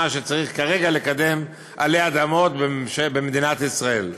שצריך כרגע לקדם עלי אדמות במדינת ישראל,